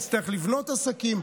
יצטרך לבנות עסקים,